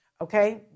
Okay